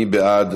מי בעד?